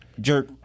jerk